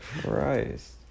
Christ